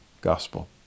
gospel